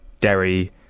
Derry